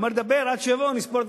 היה אומר: תדבר עד שיבוא ואז נספור.